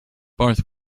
barth